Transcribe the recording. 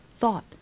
thought